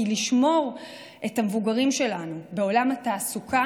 כי לשמור את המבוגרים שלנו בעולם התעסוקה